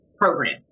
program